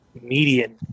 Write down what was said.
median